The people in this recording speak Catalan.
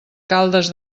caldes